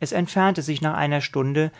es entfernte sich nach einer stunde